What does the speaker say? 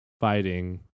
fighting